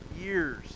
years